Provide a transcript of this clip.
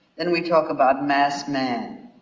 then we talk about mass man,